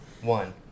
one